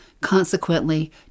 Consequently